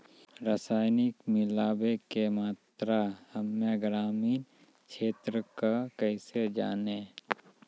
रसायन मिलाबै के मात्रा हम्मे ग्रामीण क्षेत्रक कैसे जानै?